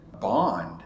bond